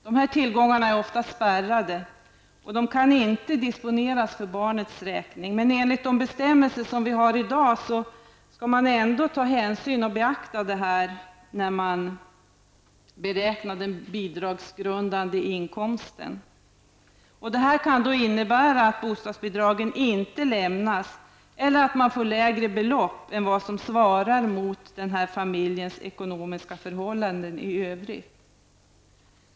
Dessa tillgångar är ofta spärrade och kan inte disponeras för barnets räkning. Men enligt de bestämmelser som vi i dag har skall man ändå ta hänsyn till och beakta dem vid beräkning av den bidragsgrundande inkomsten. Detta kan innebära att bostadsbidrag inte lämnas, eller lämnas till lägre belopp än vad som svarar mot familjens ekonomiska förhållanden i övrigt.